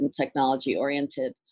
technology-oriented